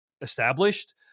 established